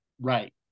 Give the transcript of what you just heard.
Right